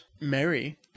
mary